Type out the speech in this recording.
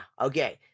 Okay